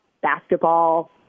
basketball